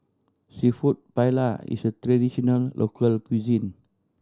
Seafood Paella is a traditional local cuisine